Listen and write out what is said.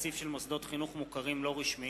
בתקציב של מוסדות חינוך מוכרים לא רשמיים),